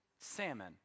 Salmon